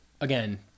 again